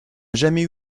jamais